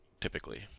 typically